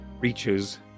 reaches